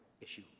issue